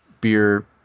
beer